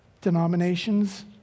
denominations